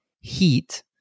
heat